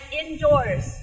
indoors